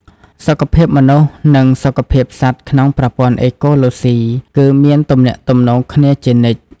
សុខភាពមនុស្ស និងសុខភាពសត្វក្នុងប្រព័ន្ធអេកូឡូស៊ី គឺមានទំនាក់ទំនងគ្នាជានិច្ច។